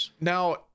Now